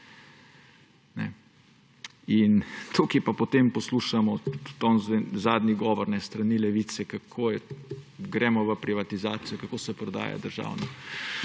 Tukaj pa potem poslušamo zadnji govor s strani Levice, kako gremo v privatizacijo, kako se prodaja državna